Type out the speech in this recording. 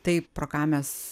tai pro ką mes